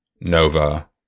Nova